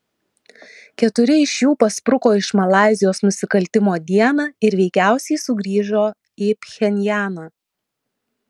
keturi iš jų paspruko iš malaizijos nusikaltimo dieną ir veikiausiai sugrįžo į pchenjaną